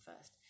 first